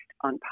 on